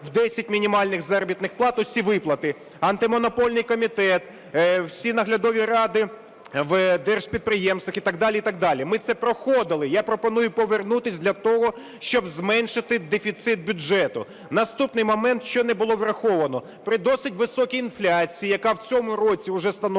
в 10 мінімальних заробітних плат усі виплати. Антимонопольний комітет, всі наглядові раді в держпідприємствах і так далі. Ми це проходили. Я пропоную повернутися для того, щоб зменшити дефіцит бюджету. Наступний момент, що не було враховано. При досить високій інфляції, яка в цьому році уже становить